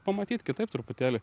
pamatyt kitaip truputėlį